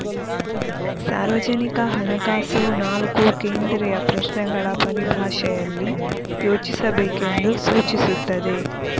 ಸಾರ್ವಜನಿಕ ಹಣಕಾಸು ನಾಲ್ಕು ಕೇಂದ್ರೀಯ ಪ್ರಶ್ನೆಗಳ ಪರಿಭಾಷೆಯಲ್ಲಿ ಯೋಚಿಸಬೇಕೆಂದು ಸೂಚಿಸುತ್ತದೆ